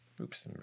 Oops